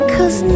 Cause